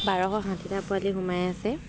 বাৰশ ষাঠিটা পোৱালি সোমাই আছে